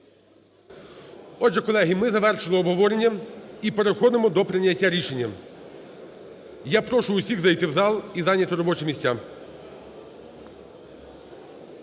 Отже, колеги, ми завершили обговорення і переходимо до прийняття рішення. Я прошу усіх зайти в зал і зайняти робочі місця.